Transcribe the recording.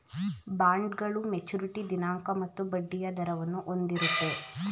ಬಾಂಡ್ಗಳು ಮೆಚುರಿಟಿ ದಿನಾಂಕ ಮತ್ತು ಬಡ್ಡಿಯ ದರವನ್ನು ಹೊಂದಿರುತ್ತೆ